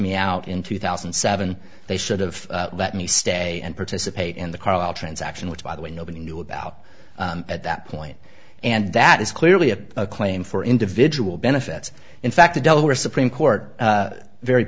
me out in two thousand and seven they should've let me stay and participate in the carlisle transaction which by the way nobody knew about at that point and that is clearly a claim for individual benefits in fact the delaware supreme court very